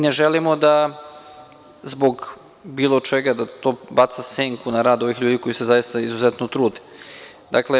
Ne želimo da zbog bilo čega to baca senku da rad ovih ljudi koji se zaista izuzetno trude.